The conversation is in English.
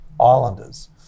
Islanders